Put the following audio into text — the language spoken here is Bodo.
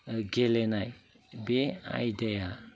गेलेनाय बे आयदाया